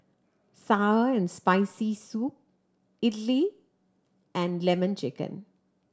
sour and Spicy Soup idly and Lemon Chicken